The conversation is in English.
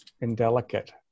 indelicate